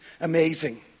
amazing